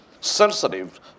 sensitive